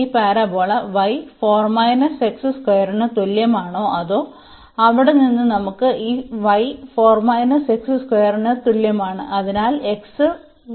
ഈ parabola y ന് തുല്യമാണോ അതോ അവിടെ നിന്ന് നമുക്ക് ഈ y ന് തുല്യമാണ്